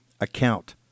account